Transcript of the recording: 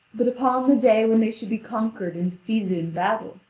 but upon the day when they should be conquered and defeated in battle,